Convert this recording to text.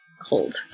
hold